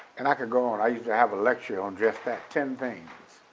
and i could go on i used to have a lecture on just that, ten things.